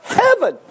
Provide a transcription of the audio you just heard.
heaven